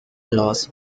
laws